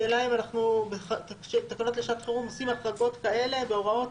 השאלה היא אם תקנות לשעת חירום עושות החרגות כאלה בהוראות.